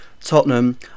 Tottenham